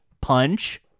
punch